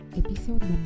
episode